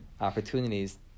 opportunities